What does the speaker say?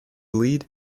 lead